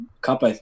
cup